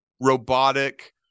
robotic